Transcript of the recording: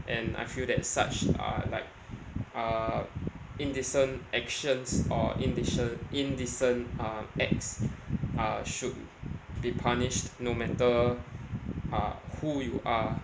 and I feel that such uh like uh indecent actions or indecent indecent um acts uh should be punished no matter uh who you are